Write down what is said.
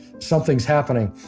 something's happening.